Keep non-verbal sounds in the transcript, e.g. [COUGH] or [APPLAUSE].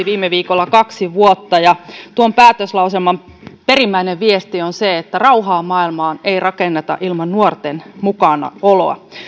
[UNINTELLIGIBLE] viime viikolla kaksi vuotta ja tuon päätöslauselman perimmäinen viesti on se että rauhaa ei maailmaan rakenneta ilman nuorten mukanaoloa